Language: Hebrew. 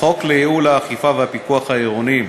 החוק לייעול האכיפה והפיקוח העירוניים